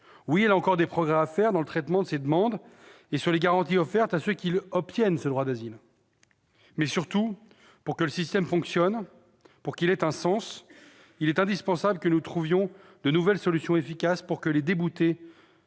Oui, elle a encore des progrès à faire dans le traitement de ces demandes et sur les garanties offertes à ceux qui obtiennent l'asile. Mais, surtout, pour que ce système fonctionne, pour qu'il ait un sens, il est indispensable que nous trouvions de nouvelles solutions efficaces afin que les déboutés